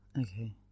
okay